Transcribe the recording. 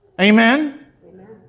Amen